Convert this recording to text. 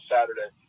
Saturday